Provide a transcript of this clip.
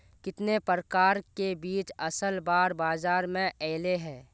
कितने प्रकार के बीज असल बार बाजार में ऐले है?